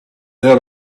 there